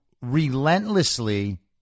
relentlessly